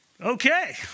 Okay